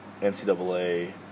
NCAA